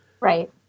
Right